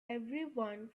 everyone